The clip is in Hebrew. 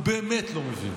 הוא באמת לא מבין.